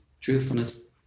truthfulness